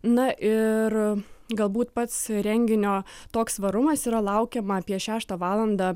na ir galbūt pats renginio toks svarumas yra laukiama apie šeštą valandą